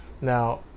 Now